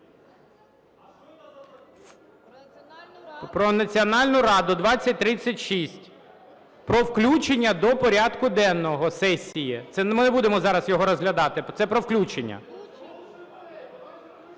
Про Національну раду (2036), про включення до порядку денного сесії. Це ми не будемо зараз його розглядати, це про включення.